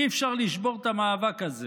אי-אפשר לשבור את המאבק הזה.